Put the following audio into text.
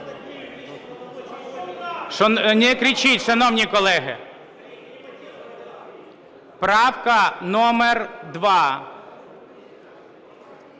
Не кричіть, шановні колеги. Правка номер 2.